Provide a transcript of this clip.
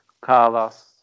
Carlos